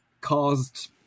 caused